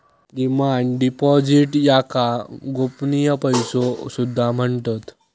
demand deposits याका गोपनीय पैसो सुद्धा म्हणतत